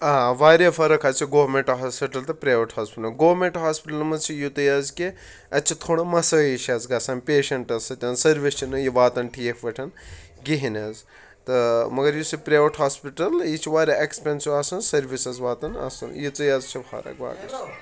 آ واریاہ فرق حظ چھِ گورنمیٚنٹ ہاسپِٹل تہِ پریوٚٹ ہاسپِٹل گورنمیٚنت ہاسپِٹلن منٛز چھِ یِہے حظ کہِ اتیہِ چھِ تھوڑا مَساہش گژھَن پیشنٹٕس سیۭتۍ سروِس چھنہٕ واتان ٹھیک پٲٹھِۍ کہیٖنۍ حظ تہٕ مگر یُس یہِ پریوٚٹ ہاسپٹِل یہِ چھِ واریاہ ایکِسپینسِو آسان سروِس حظ واتان اصل ییٚژٕے حظ چھِ فرق بٲقٕے چھنہہٕ